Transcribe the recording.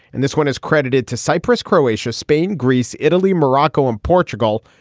and this one is credited to cypress, croatia, spain, greece. italy, morocco and portugal.